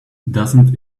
doesn’t